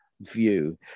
view